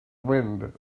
wind